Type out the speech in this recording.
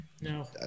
No